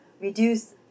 reduce